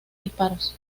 disparos